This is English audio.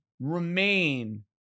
remain